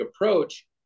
approach